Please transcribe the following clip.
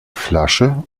flasche